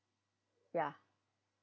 ya